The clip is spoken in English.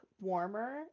warmer